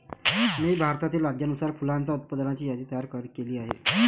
मी भारतातील राज्यानुसार फुलांच्या उत्पादनाची यादी तयार केली आहे